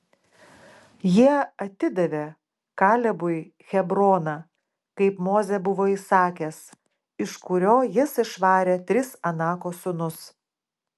jie atidavė kalebui hebroną kaip mozė buvo įsakęs iš kurio jis išvarė tris anako sūnus